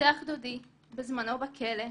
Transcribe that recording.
רוצח דודי, בזמנו בכלא,